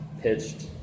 pitched